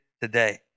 today